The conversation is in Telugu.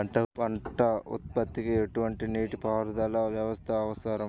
పంట ఉత్పత్తికి ఎటువంటి నీటిపారుదల వ్యవస్థ అవసరం?